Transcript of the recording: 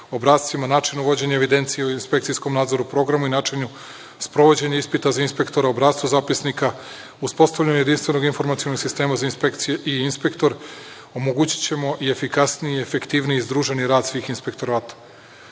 načinu vođenja evidencije o inspekcijskom nadzoru, programu i načinu sprovođenja ispita za inspektora, obrascu zapisnika, uspostavljanju jedinstvenog informacionog sistema za inspekcije i inspektore, omogućićemo i efikasniji i efektivniji i združeni rad svih inspektorata. Srbija